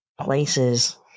places